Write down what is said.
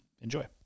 Enjoy